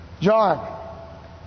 John